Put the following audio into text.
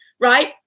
Right